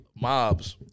mobs